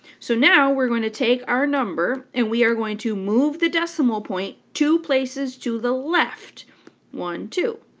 so now we're going to take our number and we are going to move the decimal point two places to the left one, two.